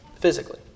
physically